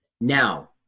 Now